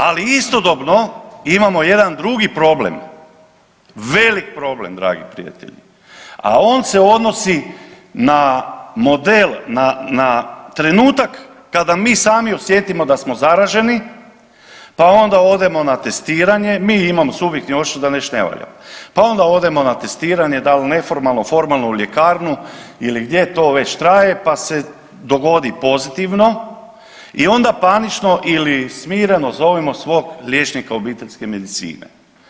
Ali istodobno imamo jedan drugi problem, velik problem dragi prijatelji, a on se odnosi na model na trenutak kada mi sami osjetimo da smo zaraženi, pa onda odemo na testiranje, mi imamo subjektivni osjećaj da nešto ne valja, pa onda odemo na testiranje dal neformalno, formalno u ljekarnu ili gdje to već traje, pa se dogodi pozitivno i onda panično ili smireno zovemo svog liječnika obiteljske medicine.